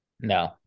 no